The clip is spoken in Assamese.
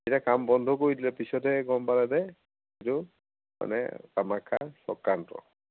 তেতিয়া কাম বন্ধ কৰি দিলে পিছতহে গম পালে যে সেইটো মানে কামাখ্যাৰ চক্ৰান্ত